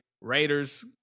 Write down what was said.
Raiders